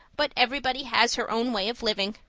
but everybody has her own way of living.